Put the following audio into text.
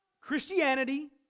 Christianity